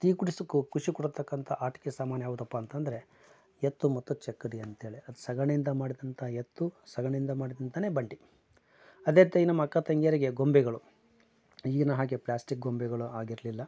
ಕುಡಿಸಿಕೊ ಖುಷಿ ಕೊಡ್ತಕ್ಕಂಥ ಆಟಿಕೆ ಸಾಮಾನು ಯಾವ್ದಪ್ಪ ಅಂತಂದರೆ ಎತ್ತು ಮತ್ತು ಚಕ್ಡಿ ಅಂತೇಳಿ ಅದು ಸಗಣಿಯಿಂದ ಮಾಡಿದಂಥ ಎತ್ತು ಸಗಣಿಯಿಂದ ಮಾಡಿದಂತನೇ ಬಂಡಿ ಅದೇ ತೈ ನಮ್ಮ ಅಕ್ಕ ತಂಗಿಯರಿಗೆ ಗೊಂಬೆಗಳು ಈಗಿನ ಹಾಗೆ ಪ್ಲಾಸ್ಟಿಕ್ ಗೊಂಬೆಗಳು ಆಗಿರಲಿಲ್ಲ